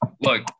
Look